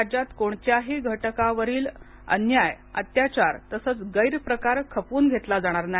राज्यात कोणत्याही घटकावरील अन्याय अत्याचार तसंच गैरप्रकार खपवून घेतला जाणार नाही